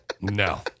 No